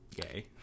gay